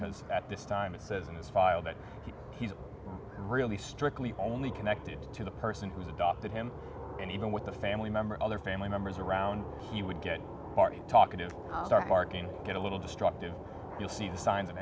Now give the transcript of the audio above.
has at this time it says in this file that he's really strictly only connected to the person who's adopted him and even with a family member other family members around he would get party talkative start barking will get a little destructive you'll see the signs of